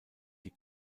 die